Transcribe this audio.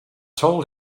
told